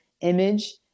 image